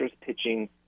pitching